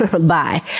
bye